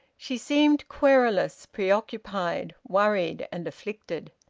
she seemed querulous, preoccupied, worried, and afflicted.